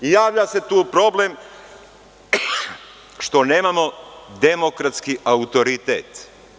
Javlja se tu problem što nemamo demokratski autoritet.